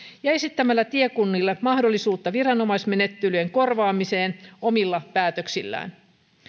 ja esittämällä tiekunnille mahdollisuutta viranomaismenettelyjen korvaamiseen omilla päätöksillään